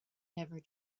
never